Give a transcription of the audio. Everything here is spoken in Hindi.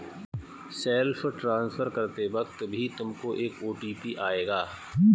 सेल्फ ट्रांसफर करते वक्त भी तुमको एक ओ.टी.पी आएगा